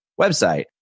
website